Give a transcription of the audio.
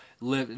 live